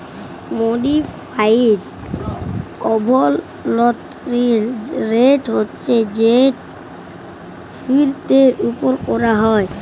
modified অভ্যলতরিল rate হছে যেট ফিরতের উপর ক্যরা হ্যয়